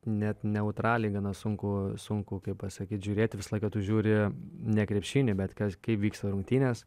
net neutraliai gana sunku sunku pasakyt žiūrėti visą laiką tu žiūri ne krepšinį bet kas kaip vyksta rungtynės